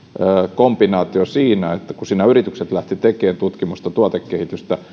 kombinaatio että kun siinä yritykset lähtivät tekemään tutkimusta ja tuotekehitystä